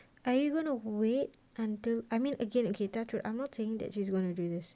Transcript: are you going to wait until I mean again touch wood I am not saying that she is going to do this